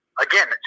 again